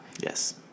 Yes